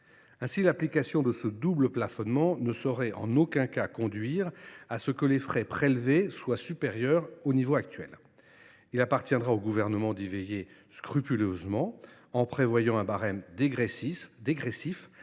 Ainsi, l’application de ce double plafonnement ne saurait en aucun cas conduire à ce que les frais prélevés soient supérieurs aux niveaux actuels. Il appartiendra au Gouvernement d’y veiller scrupuleusement en prévoyant un barème dégressif